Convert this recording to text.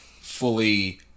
fully